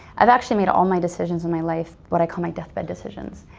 i've actually made all my decisions in my life, what i call my deathbed decisions.